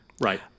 Right